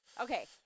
Okay